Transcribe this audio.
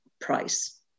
price